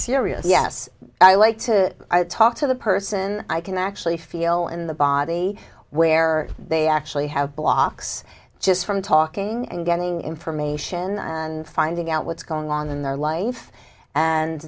serious yes i like to talk to the person i can actually feel in the body where they actually have blocks just from talking and getting information and finding out what's going on in their life and